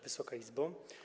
Wysoka Izbo!